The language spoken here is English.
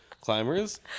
climbers